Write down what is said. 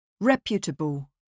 Reputable